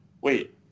wait